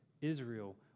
Israel